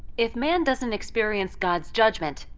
if man doesn't experience god's judgment,